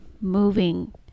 moving